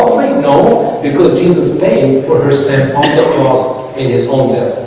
know because this is pain for herself in the cross in his own death.